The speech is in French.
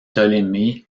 ptolémée